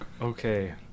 Okay